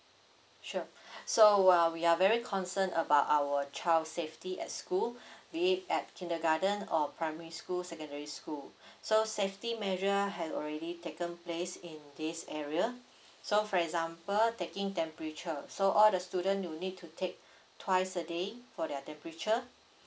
sure so uh we are very concern about our child safety at school be it at kindergarten or primary school secondary school so safety measure had already taken place in this area so for example taking temperature so all the student you need to take twice a day for their temperature